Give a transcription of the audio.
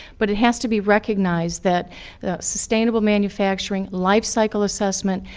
but it has to be recognized that that sustainable manufacturing, lifecycle assessment,